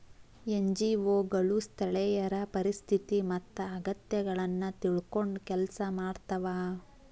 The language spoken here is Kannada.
ಎನ್.ಜಿ.ಒ ಗಳು ಸ್ಥಳೇಯರ ಪರಿಸ್ಥಿತಿ ಮತ್ತ ಅಗತ್ಯಗಳನ್ನ ತಿಳ್ಕೊಂಡ್ ಕೆಲ್ಸ ಮಾಡ್ತವಾ